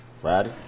Friday